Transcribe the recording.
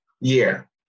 year